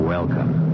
Welcome